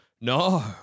no